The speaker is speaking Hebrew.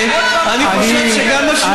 וש"ס מפחדת,